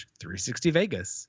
360Vegas